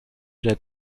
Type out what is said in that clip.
der